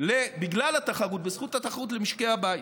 בגלל התחרות, בזכות התחרות, למשקי הבית.